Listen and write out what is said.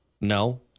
No